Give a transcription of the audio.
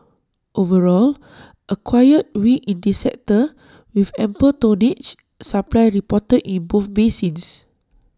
overall A quiet week in this sector with ample tonnage supply reported in both basins